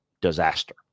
disaster